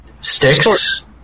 sticks